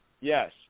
yes